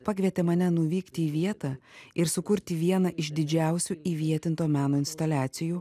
pakvietė mane nuvykti į vietą ir sukurti vieną iš didžiausių įvietinto meno instaliacijų